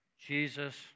Jesus